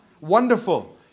Wonderful